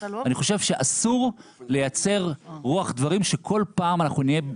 אני חושב שאסור לייצר רוח דברים שכל פעם אנחנו נהיה,